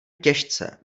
těžce